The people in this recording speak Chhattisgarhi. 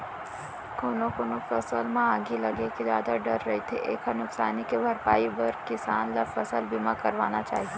कोनो कोनो फसल म आगी लगे के जादा डर रथे एकर नुकसानी के भरपई बर किसान ल फसल बीमा करवाना चाही